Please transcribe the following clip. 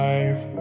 Life